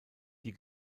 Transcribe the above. die